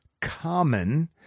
common